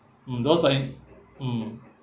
mm those are i~ mm